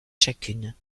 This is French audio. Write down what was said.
chacune